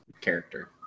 character